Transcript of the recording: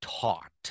taught